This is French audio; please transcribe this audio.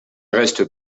reste